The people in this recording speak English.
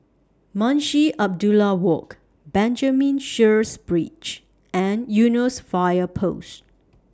Munshi Abdullah Walk Benjamin Sheares Bridge and Eunos Fire Post